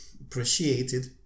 appreciated